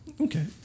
Okay